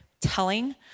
telling